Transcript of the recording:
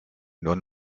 nur